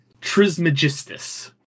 Trismegistus